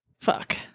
Fuck